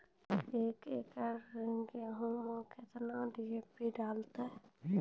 एक एकरऽ गेहूँ मैं कितना डी.ए.पी डालो?